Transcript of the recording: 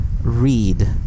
Read